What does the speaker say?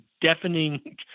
deafening